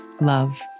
Love